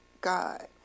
God